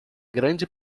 grande